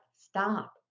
stop